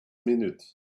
minute